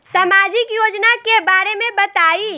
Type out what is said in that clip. सामाजिक योजना के बारे में बताईं?